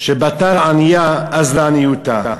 "בתר עניא אזלא עניותא".